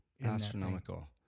astronomical